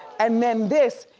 and then this,